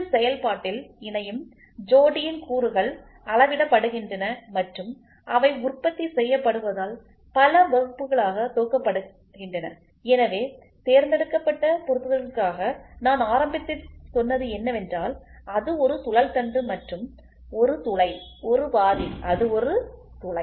இந்த செயல்பாட்டில் இணையும் ஜோடியின் கூறுகள் அளவிடப்படுகின்றன மற்றும் அவை உற்பத்தி செய்யப்படுவதால் பல வகுப்புகளாக தொகுக்கப்படுகின்றன எனவே தேர்ந்தெடுக்கப்பட்ட பொருத்துதலுக்காக நான் ஆரம்பத்தில் சொன்னது என்னவென்றால் அது ஒரு சுழல்தண்டு மற்றும் ஒரு துளை ஒரு பாதி அது ஒரு துளை